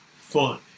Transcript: fun